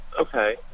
Okay